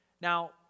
Now